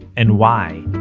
and why,